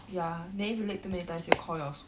ya then if you late too many times they will call your school